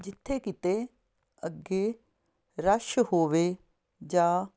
ਜਿੱਥੇ ਕਿਤੇ ਅੱਗੇ ਰਸ਼ ਹੋਵੇ ਜਾਂ